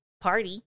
Party